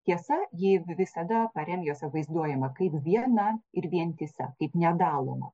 tiesa ji visada paremijose vaizduojama kaip viena ir vientisa kaip nedaloma